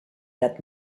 that